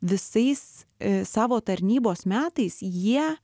visais savo tarnybos metais jie